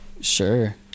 Sure